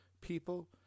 people